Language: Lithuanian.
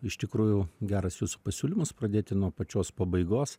iš tikrųjų geras jūsų pasiūlymas pradėti nuo pačios pabaigos